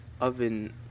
oven